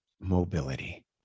mobility